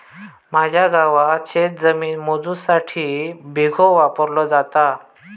माझ्या गावात शेतजमीन मोजुसाठी बिघो वापरलो जाता